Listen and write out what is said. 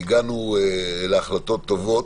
הגענו להחלטות טובות.